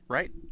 Right